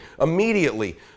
immediately